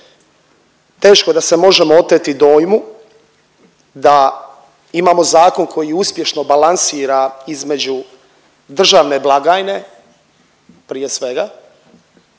teško da se možemo oteti dojmu da imamo zakon koji uspješno balansira između državne blagajne prije svega,